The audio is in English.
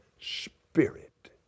Spirit